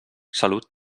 salut